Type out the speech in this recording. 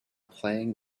playing